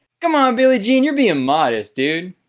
come on, billy jean you're being modest, dude.